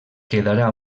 quedarà